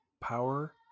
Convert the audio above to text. power